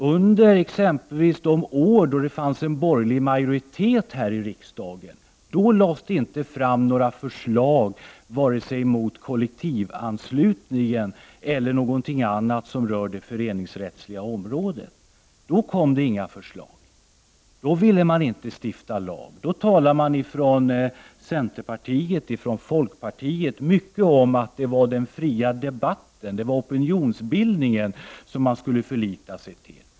Under de år då vi hade en borgerlig majoritet i riksdagen lades det inte fram några förslag mot vare sig kollektivanslutning eller någonting annat på det föreningsrättsliga området. Då vill man inte stifta lag. Då talade man i centerpartiet och folkpartiet mycket om att det var den fria debatten och opinionsbildningen man skulle förlita sig till.